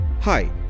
Hi